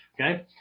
Okay